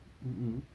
mm mm